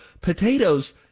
Potatoes